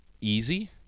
easy